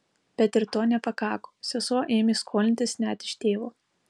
bet ir to nepakako sesuo ėmė skolintis net iš tėvo